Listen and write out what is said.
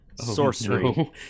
sorcery